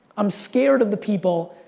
i'm scared of the people,